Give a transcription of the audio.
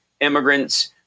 immigrants